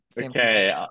okay